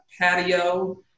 patio